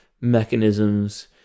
mechanisms